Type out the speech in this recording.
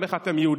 איך אתם יהודים.